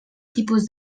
tipus